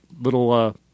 Little